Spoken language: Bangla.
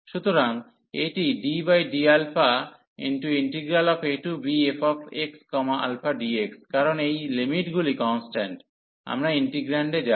সুতরাং এটি ddαabfxαdx কারণ এই লিমিটগুলি কন্সট্যান্ট আমরা ইন্টিগ্রান্ডে যাব